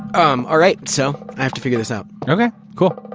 um, alright, so i have to figure this out. okay, cool.